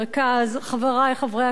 חברי חברי הכנסת,